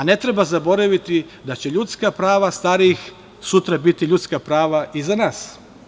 Ne treba zaboraviti da će ljudska prava starijih sutra biti ljudska prava i za nas.